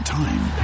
time